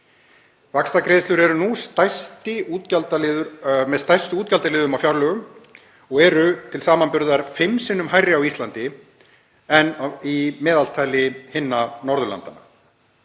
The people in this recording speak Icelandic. Vaxtagreiðslur eru nú með stærstu útgjaldaliðum á fjárlögum og eru til samanburðar fimm sinnum hærri á Íslandi en í meðaltali hinna Norðurlandanna.